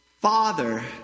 father